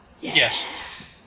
Yes